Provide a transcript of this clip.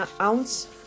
ounce